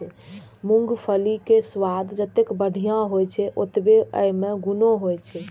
मूंगफलीक स्वाद जतेक बढ़िया होइ छै, ओतबे अय मे गुणो होइ छै